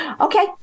Okay